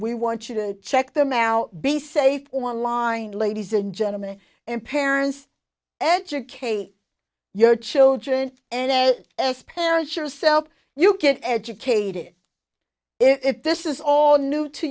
we want you to check them out be safe online ladies and gentlemen and parents educate your children and as parents yourself you can educate it if this is all new to